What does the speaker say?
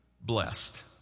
blessed